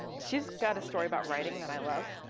she's got a story about writing that i love.